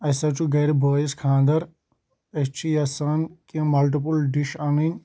اَسہِ حظ چھُ گَرِ بٲیِس خانٛدَر أسۍ چھِ یَژھان کیٚنٛہہ مَلٹِپٕل ڈِش اَنٕنۍ